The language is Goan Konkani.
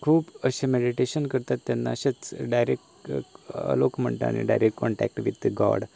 खूब अशें मेडिटेशन करता तेन्ना अशेंच डायरेक्ट लोक म्हणटात न्हय डायरेक्ट कॉन्टेक्ट वीथ गॉड